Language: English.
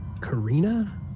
Karina